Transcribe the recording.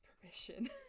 permission